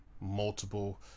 multiple